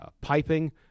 piping